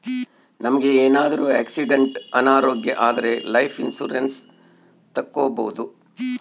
ನಮ್ಗೆ ಏನಾದ್ರೂ ಆಕ್ಸಿಡೆಂಟ್ ಅನಾರೋಗ್ಯ ಆದ್ರೆ ಲೈಫ್ ಇನ್ಸೂರೆನ್ಸ್ ತಕ್ಕೊಬೋದು